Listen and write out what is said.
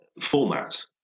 format